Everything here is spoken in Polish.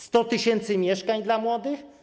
100 tys. mieszkań dla młodych?